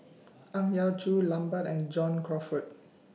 Ang Yau Choon Lambert and John Crawfurd